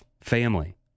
family